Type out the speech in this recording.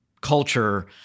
culture